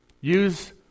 Use